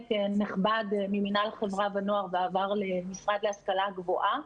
נכבד ממינהל חברה ונוער ועבר למשרד להשכלה הגבוהה,